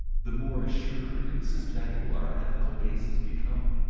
the more assured and systematic will our ethical basis become.